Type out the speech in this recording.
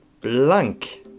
blank